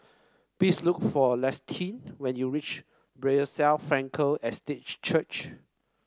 please look for Lissette when you reach Bethesda Frankel Estate Church